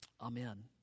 Amen